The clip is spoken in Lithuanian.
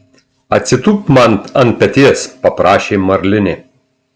atsitūpk man ant peties paprašė marlinė